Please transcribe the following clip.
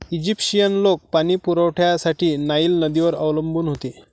Egyptian लोक पाणी पुरवठ्यासाठी नाईल नदीवर अवलंबून होते